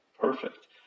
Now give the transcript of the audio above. Perfect